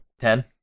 Ten